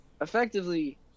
effectively